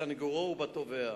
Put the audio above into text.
בסניגורו ובתובע.